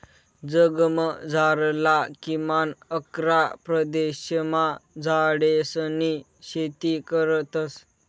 जगमझारला किमान अकरा प्रदेशमा झाडेसनी शेती करतस